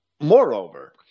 Moreover